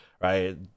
Right